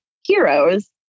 Heroes